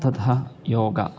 ततः योगः